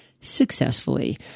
successfully